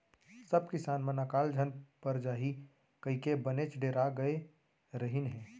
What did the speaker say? सब किसान मन अकाल झन पर जाही कइके बनेच डेरा गय रहिन हें